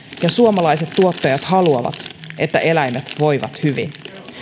ja suomalaiset tuottajat haluavat että eläimet voivat hyvin